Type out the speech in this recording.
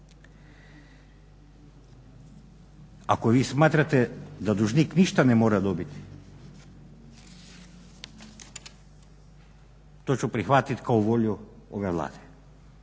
Ako vi smatrate da dužnik ništa ne mora dobiti to ću prihvatiti kao volju ove Vlade.